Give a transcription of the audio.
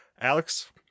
Alex